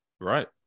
right